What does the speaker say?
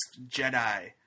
Jedi